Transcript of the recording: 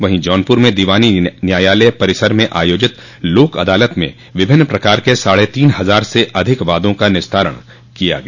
वहीं जौनपुर में दीवानी न्यायालय परिसर में आयोजित लोक अदालत में विभिन्न प्रकार के साढ़े तीन हजार से अधिक वादों का निस्तारण किया गया